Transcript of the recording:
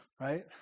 right